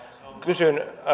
kysyn